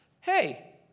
Hey